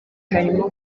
harimo